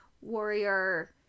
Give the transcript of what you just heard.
warrior